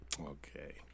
Okay